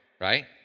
right